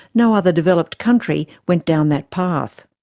no other developed country went down that path.